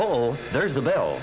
oh there's the bell